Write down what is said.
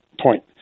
point